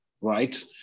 right